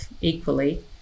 equally